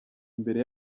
imbere